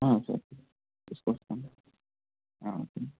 ఆ ఓకే తీసుకొస్తాము ఆ ఓకే